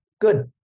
Good